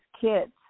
kids